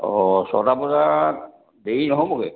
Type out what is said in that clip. অ' ছয়টা বজাত দেৰি নহ'বগৈ